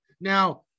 now